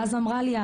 ואז אמרה לי,